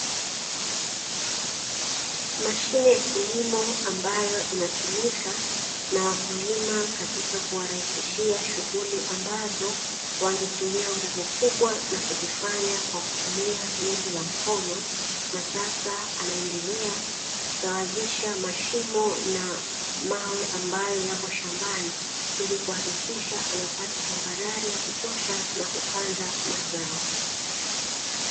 Mashine ya kilimo ambayo inatumika na wakulima katika kuwarahisishia kazi za kilimo ambazo wangetumia nguvu kubwa na kuzifanya kwa kutumia jembe la mkono, na sasa anaendelea kusawazisha mashimo na mawe ambayo yapo shambani ili kuhakikisha anapata tambarare ya kutosha na kupanda mazao.